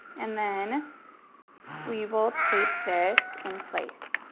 and then we will tape this in place.